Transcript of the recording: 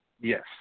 Yes